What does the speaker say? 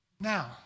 Now